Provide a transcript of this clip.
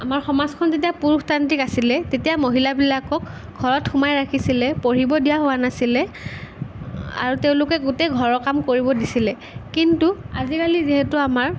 আমাৰ সমাজখন যেতিয়া পুৰুষতান্ত্ৰিক আছিলে তেতিয়া মহিলাবিলাকক ঘৰত সোমাই ৰাখিছিলে পঢ়িব দিয়া হোৱা নাছিলে আৰু তেওঁলোকে গোটেই ঘৰৰ কাম কৰিব দিছিলে কিন্তু আজিকালি যিহেতু আমাৰ